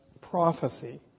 prophecy